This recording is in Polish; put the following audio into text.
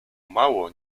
mało